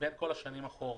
לעומת כל השנים אחורה.